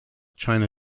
china